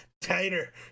tighter